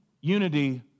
unity